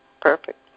Perfect